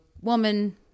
woman